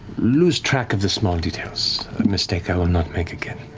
lose track of the small details, a mistake i will not make again.